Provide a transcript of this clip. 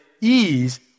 ease